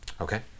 Okay